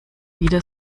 wieder